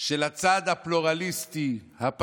של הצד הפלורליסטי, הפתוח,